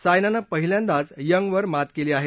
सायनानं पहिल्यांदाच यंगवर मात केली आहे